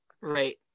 right